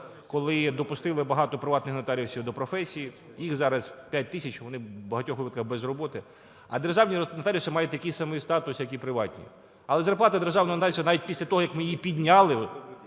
коли допустили багато приватних нотаріусів до професії. Їх зараз 5 тисяч і вони в багатьох випадках без роботи. А державні нотаріуси мають такий самий статус як і приватні, але зарплата державного нотаріуса, навіть після того, як ми її підняли